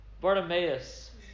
Bartimaeus